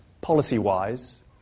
policy-wise